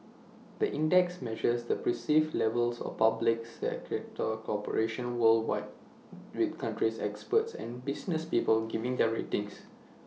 the index measures the perceived levels of public sector corruption worldwide with country experts and business people giving their ratings